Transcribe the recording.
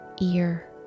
ear